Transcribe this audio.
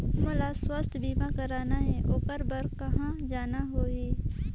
मोला स्वास्थ बीमा कराना हे ओकर बार कहा जाना होही?